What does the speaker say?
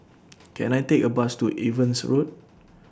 Can I Take A Bus to Evans Road